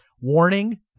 Warning